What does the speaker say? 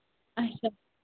اَچھا